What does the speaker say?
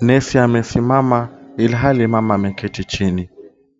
Nesi amesimama ilhali mama ameketi chini.